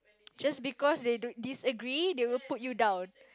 just because they don't disagree they will put you down